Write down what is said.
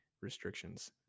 restrictions